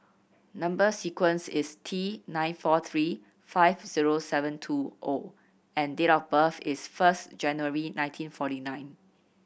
number sequence is T nine four three five zero seven two O and date of birth is first January nineteen forty nine